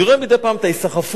אני רואה מדי פעם את ההיסחפות